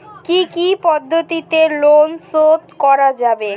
কি কি পদ্ধতিতে লোন শোধ করা যাবে?